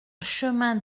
chemin